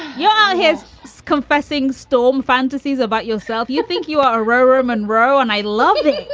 yeah. he's confessing storm fantasies about yourself. you think you are aurora monroe and i love this.